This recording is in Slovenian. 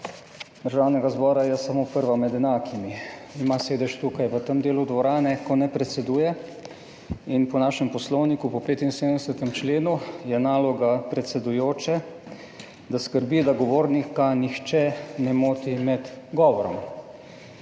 predsednica je prva med enakimi, ima sedež tukaj v tem delu dvorane, ko ne predseduje. In po našem poslovniku, po 75. členu, je naloga predsedujoče, da skrbi, da govornika nihče ne moti med govorom.